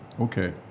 Okay